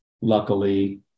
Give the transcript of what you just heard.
luckily